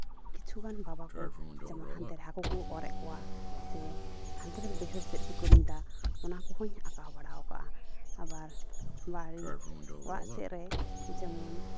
ᱠᱤᱪᱷᱩ ᱜᱟᱱ ᱵᱟᱵᱟ ᱠᱚ ᱡᱮᱢᱚᱱ ᱦᱟᱱᱛᱮ ᱨᱮ ᱦᱟᱹᱠᱩ ᱠᱚ ᱚᱨᱮᱫ ᱠᱚᱣᱟ ᱥᱮ ᱦᱟᱱᱛᱮ ᱨᱮ ᱵᱟᱹᱭᱦᱟᱹᱲ ᱥᱮᱫ ᱨᱮᱠᱚ ᱠᱟᱹᱢᱤᱭᱫᱟ ᱚᱱᱟ ᱠᱚ ᱦᱚᱸᱧ ᱟᱸᱠᱟᱣᱟ ᱵᱟᱲᱟ ᱠᱟᱜᱼᱟ ᱟᱵᱟᱨ ᱚᱲᱟᱜ ᱥᱮᱫ ᱨᱮ ᱡᱮᱢᱚᱱ